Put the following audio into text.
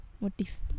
Motif